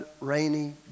rainy